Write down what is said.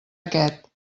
aquest